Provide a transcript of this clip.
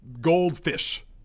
goldfish